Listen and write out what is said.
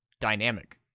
dynamic